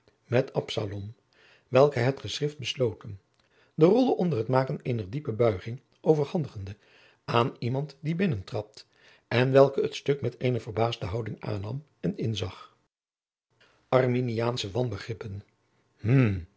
absalom welke het geschrift besloten de rolle onder het maken eener diepe buiging overhandigde aan iemand die binnentrad en welke het stuk met eene verbaasde houding aannam en inzag arminiaansche